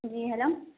جی hello